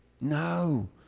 No